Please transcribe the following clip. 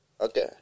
Okay